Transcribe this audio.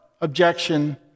objection